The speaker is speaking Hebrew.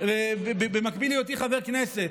במקביל להיותי חבר כנסת,